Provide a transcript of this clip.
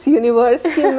universe